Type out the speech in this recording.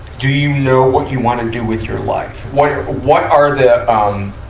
do you know what you wanna do with your life? what, what are the, um,